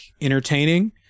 entertaining